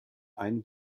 einen